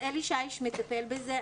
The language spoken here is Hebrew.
אלי שיש מטפל בזה,